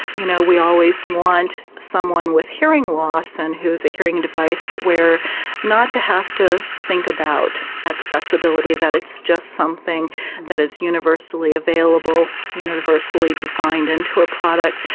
you know, we always want someone with hearing loss and who has a hearing device not to have to think about accessibility, that it's just something that is universally available, universally designed into a product.